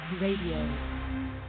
Radio